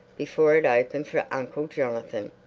before it opened for uncle jonathan.